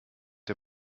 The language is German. der